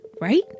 right